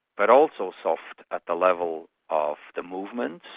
but also soft at the level of the movements,